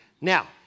Now